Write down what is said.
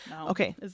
Okay